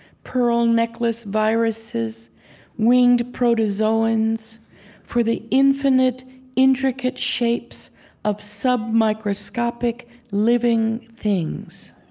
pearl-necklace viruses winged protozoans for the infinite intricate shapes of submicroscopic living things.